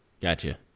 Gotcha